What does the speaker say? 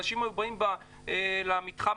אנשים היו באים למתחם